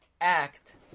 act